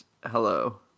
hello